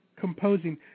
composing